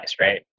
right